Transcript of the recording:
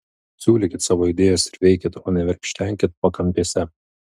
siūlykit savo idėjas ir veikit o ne verkšlenkit pakampėse